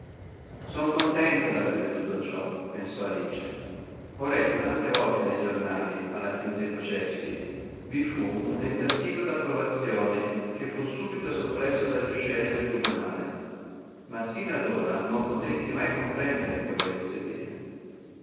son contenta d'aver veduto ciò pensò alice ho letto tante volte ne giornali alla fine de processi vi fu un tentativo d'approvazione che fu subito soppresso dagli uscieri del tribunale ma sino ad ora non potetti mai comprendere che volesse dire